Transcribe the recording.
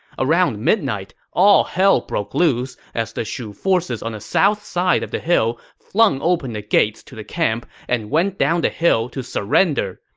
around midnight, all hell broke loose as the shu forces on the south side of the hill flung open the gates to the camp and went down the hill to surrender.